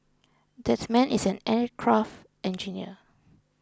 that man is an aircraft engineer